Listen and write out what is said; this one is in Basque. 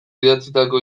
idatzitako